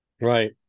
Right